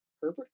Herbert